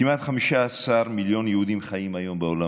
כמעט 15 מיליון יהודים חיים היום בעולם,